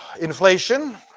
Inflation